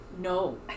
No